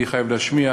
אני חייב להשמיע,